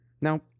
Now